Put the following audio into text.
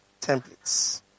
templates